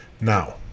Now